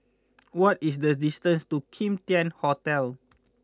what is the distance to Kim Tian Hotel